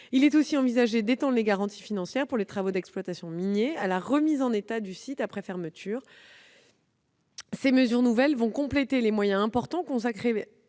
Il est également envisagé d'étendre les garanties financières pour les travaux d'exploitation miniers à la remise en état du site après fermeture. Ces mesures nouvelles compléteront les moyens importants que